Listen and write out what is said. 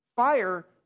Fire